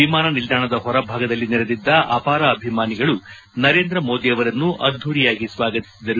ವಿಮಾನ ನಿಲ್ದಾಣದ ಹೊರಭಾಗದಲ್ಲಿ ನೆರೆದಿದ್ದ ಅಪಾರ ಅಭಿಮಾನಿಗಳು ನರೇಂದ್ರ ಮೋದಿ ಅವರನ್ನು ಅದ್ದೂರಿಯಾಗಿ ಸ್ವಾಗತಿಸಿದರು